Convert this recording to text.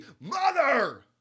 Mother